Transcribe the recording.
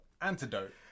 antidote